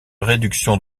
réduction